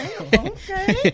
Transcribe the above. Okay